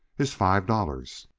is five dollars.